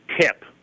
tip